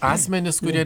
asmenys kurie